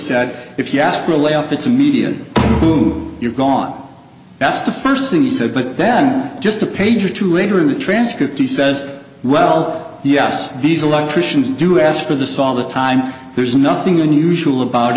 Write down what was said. said if you ask for a layoff that's a median boom you're gone that's the first thing he said but then just a page or two later in the transcript he says well yes these electricians do ask for the saw all the time there's nothing unusual about